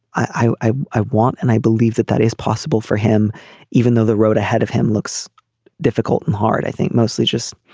i i want and i believe that that is possible for him even though the road ahead of him looks difficult and hard. i think mostly just